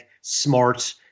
smart